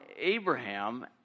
Abraham